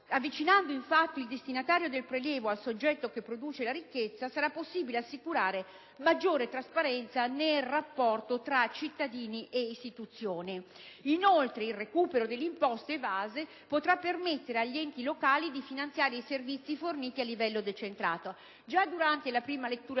avvicinando il destinatario del prelievo al soggetto che produce la ricchezza, sarà possibile assicurare maggiore trasparenza nel rapporto tra cittadini e istituzioni. Inoltre, il recupero delle imposte evase potrà permettere agli enti locali di finanziare i servizi forniti a livello decentrato. Già durante la prima lettura